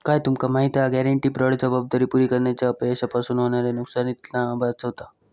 काय तुमका माहिती हा? गॅरेंटी बाँड जबाबदारी पुरी करण्याच्या अपयशापासून होणाऱ्या नुकसानीतना वाचवता